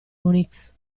unix